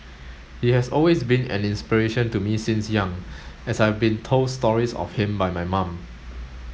he has always been an inspiration to me since young as I've been told stories of him by my mum